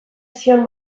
zion